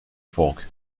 fork